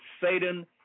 Satan